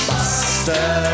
Buster